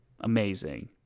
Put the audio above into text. Amazing